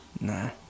Nah